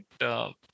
Right